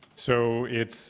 so it's